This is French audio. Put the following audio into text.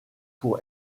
pour